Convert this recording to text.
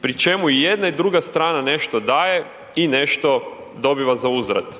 pri čemu i jedna i druga strana nešto daje i nešto dobiva zauzvrat.